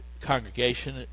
congregation